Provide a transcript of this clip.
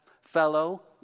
fellow